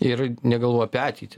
ir negalvoji apie ateitį